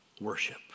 worship